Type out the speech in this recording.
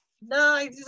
No